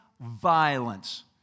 violence